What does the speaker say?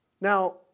Now